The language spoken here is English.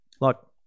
Look